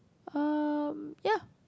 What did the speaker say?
um ya